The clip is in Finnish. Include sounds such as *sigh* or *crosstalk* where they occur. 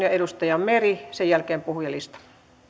*unintelligible* ja edustaja meri sen jälkeen puhujalistaan